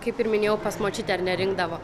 kaip ir minėjau pas močiutę ar ne rinkdavo